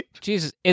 Jesus